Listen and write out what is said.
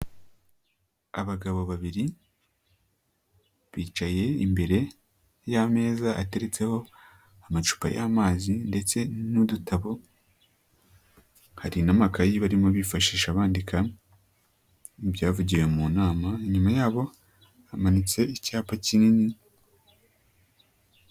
Abagabo babiri, bicaye imbere y'ameza ateretseho amacupa y'amazi ndetse n'udutabo, hari n'amakayi barimo bifashisha bandikamo ibyavugiwe mu nama, inyuma yabo hamanitse icyapa kinini.